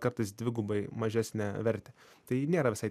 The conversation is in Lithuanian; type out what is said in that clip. kartais dvigubai mažesnę vertę tai nėra visai